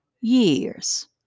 years